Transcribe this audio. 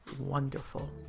wonderful